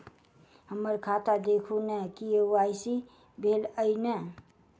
हम्मर खाता देखू नै के.वाई.सी भेल अई नै?